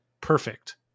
perfect